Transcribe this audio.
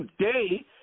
today